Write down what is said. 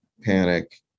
Panic